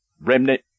Remnant